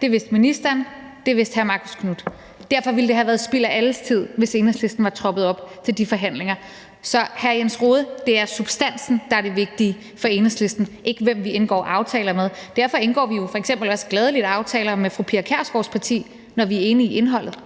det vidste ministeren, det vidste hr. Marcus Knuth. Derfor ville det have været spild af alles tid, hvis Enhedslisten var troppet op til de forhandlinger. Så til hr. Jens Rohde: Det er substansen, der er det vigtige for Enhedslisten, og det er ikke, hvem vi indgår aftaler med. Derfor indgår vi f.eks. også gladeligt aftaler med fru Pia Kjærsgaards parti, når vi er enige i indholdet.